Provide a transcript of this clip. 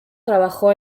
trabajó